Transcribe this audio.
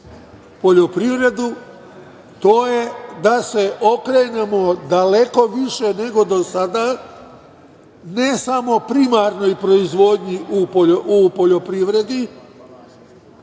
poljoprivedu to je da se okrenemo daleko više nego do sada, ne samo primarnoj proizvodnji u poljoprivredi,